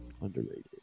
Underrated